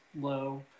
low